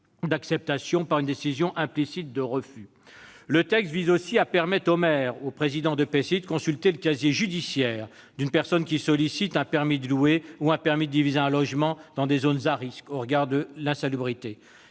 d'acceptation par une décision implicite de refus. Le texte vise aussi à permettre au maire ou au président d'EPCI de consulter le casier judiciaire d'une personne qui sollicite un « permis de louer » ou un permis de diviser un logement dans les zones à risques au regard de l'insalubrité.